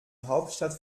hauptstadt